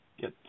get